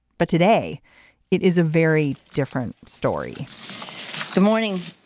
but today it is a very different story good morning.